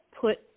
put